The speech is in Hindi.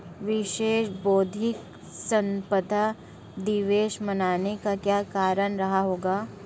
विश्व बौद्धिक संपदा दिवस मनाने का क्या कारण रहा होगा?